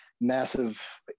massive